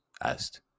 asked